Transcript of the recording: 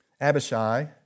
Abishai